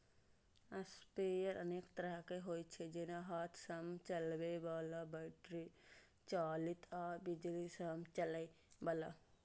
sprayer अनेक तरहक होइ छै, जेना हाथ सं चलबै बला, बैटरी चालित आ बिजली सं चलै बला